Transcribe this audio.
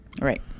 Right